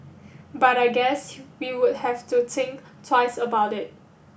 but I guess we would have to think twice about it